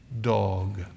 dog